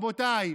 רבותיי,